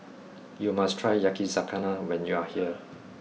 you must try Yakizakana when you are here